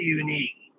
unique